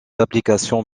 applications